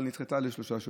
אבל נדחה לשלושה שבועות.